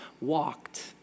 walked